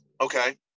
okay